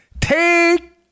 Take